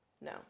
No